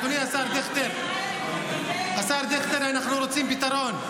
אדוני השר דיכטר, השר דיכטר, אנחנו רוצים פתרון.